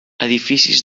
edificis